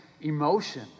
emotion